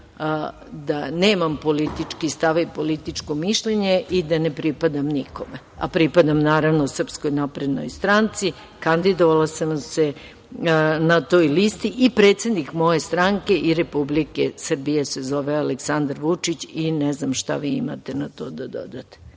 da nemam politički stav i političko mišljenje i da ne pripadam nikome. Pripadam, naravno, SNS, kandidovala sam se na toj listi i predsednik moje stranke i Republike Srbije se zove Aleksandar Vučić i ne znam šta vi imate na to da dodate.